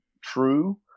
true